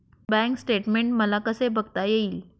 Bank statement मला कसे बघता येईल?